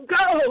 go